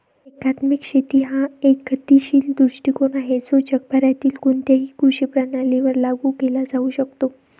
एकात्मिक शेती हा एक गतिशील दृष्टीकोन आहे जो जगभरातील कोणत्याही कृषी प्रणालीवर लागू केला जाऊ शकतो